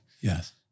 Yes